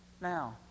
now